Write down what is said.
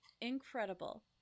incredible